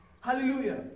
Hallelujah